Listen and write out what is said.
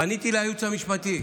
פניתי לייעוץ המשפטי.